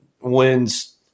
wins